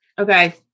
Okay